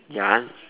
ya